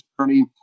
journey